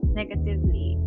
negatively